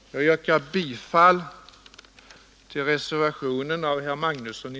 Jag yrkar bifall till reservationen av herr Magnusson i